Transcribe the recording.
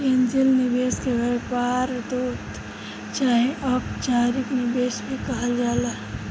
angel निवेशक के व्यापार दूत चाहे अपचारिक निवेशक भी कहल जाला